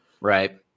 Right